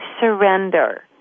Surrender